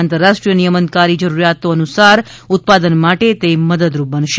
આંતરરાષ્ટ્રીય નિયમનકારી જરૂરિયાતો અનુસાર ઉત્પાદન માટે તે મદદરૂપ બનશે